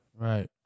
Right